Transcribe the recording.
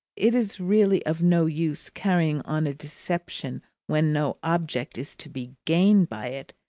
it is really of no use carrying on a deception when no object is to be gained by it,